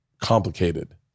complicated